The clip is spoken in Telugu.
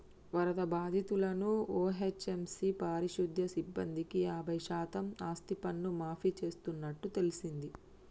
వరద బాధితులను ఓ.హెచ్.ఎం.సి పారిశుద్య సిబ్బందికి యాబై శాతం ఆస్తిపన్ను మాఫీ చేస్తున్నట్టు తెల్సింది